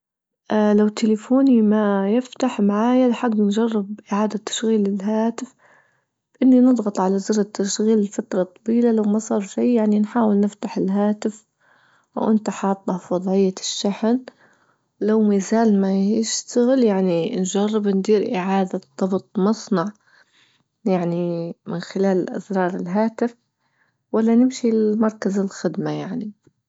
اه لو تليفوني ما يفتح معايا لحد مجرب إعادة تشغيل الهاتف إني نضغط على زر التشغيل لفترة طويلة، لو ما صار شي يعني نحاول نفتح الهاتف وأنت حاطه في وضعية الشحن، لو ما زال ما يشتغل يعني نجرب ندير إعادة ضبط مصنع يعني من خلال أزرار الهاتف ولا نمشي لمركز الخدمة يعني.